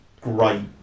great